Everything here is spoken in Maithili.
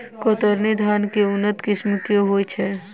कतरनी धान केँ के उन्नत किसिम होइ छैय?